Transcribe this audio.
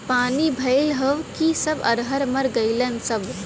पानी भईल हउव कि सब अरहर मर गईलन सब